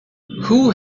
who